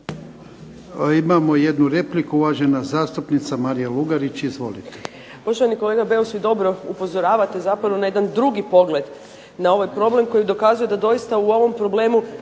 Imamo jednu repliku, uvažena zastupnica Marija Lugarić. Izvolite.